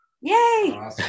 Yay